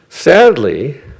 Sadly